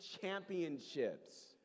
championships